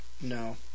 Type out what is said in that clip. No